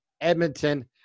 Edmonton